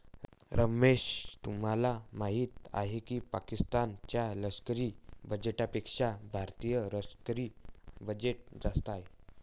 रमेश तुम्हाला माहिती आहे की पाकिस्तान च्या लष्करी बजेटपेक्षा भारतीय लष्करी बजेट जास्त आहे